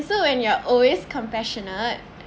so when you're always compassionate